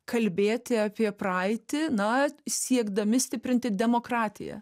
kalbėti apie praeitį na siekdami stiprinti demokratiją